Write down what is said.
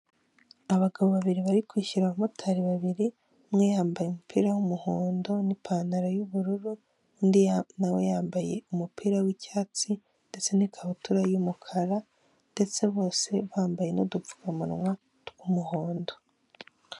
Iyi ni inzu nziza cyane mu imbere igizwe n'amabara y'umweru impande zose, huzuye abantu benshi bamwe baricaye abandi barahagaze urabona ko ari ibintu bibereye ijisho.